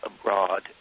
abroad